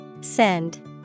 Send